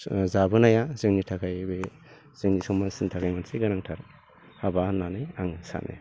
जाबोनाया जोंनि थाखाय बे जोंनि समाजनि थाखाय मोनसे गोनांथार हाबा होननानै आङो सानो